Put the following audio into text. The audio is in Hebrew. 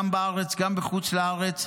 גם בארץ וגם בחוץ לארץ,